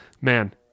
Man